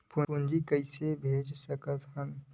पूंजी कइसे भेज सकत हन?